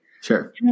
sure